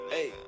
Hey